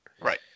Right